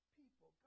people